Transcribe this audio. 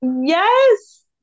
Yes